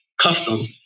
customs